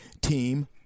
team